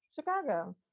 Chicago